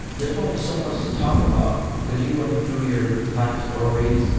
there's only so much to talk about because you run through your life stories,